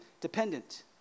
dependent